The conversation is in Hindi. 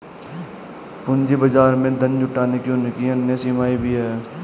पूंजी बाजार में धन जुटाने की उनकी अन्य सीमाएँ भी हैं